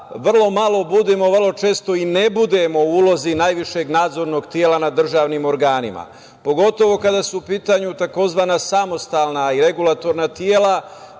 vrlo malo budemo vrlo često i ne budemo u ulozi najvišeg nadzornog tela nad državnim organima, pogotovo kada su u pitanju tzv. samostalna i regulatorna tela.